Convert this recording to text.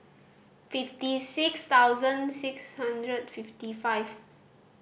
fifty six thousand six hundred fifty five